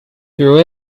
through